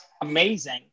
amazing